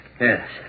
Yes